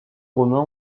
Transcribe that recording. romain